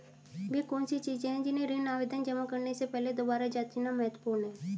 वे कौन सी चीजें हैं जिन्हें ऋण आवेदन जमा करने से पहले दोबारा जांचना महत्वपूर्ण है?